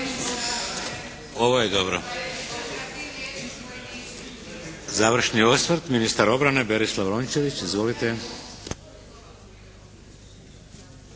Ovo je dobro. Završni osvrt, ministar obrane, Berislav Rončević. Izvolite.